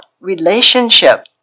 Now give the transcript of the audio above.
relationship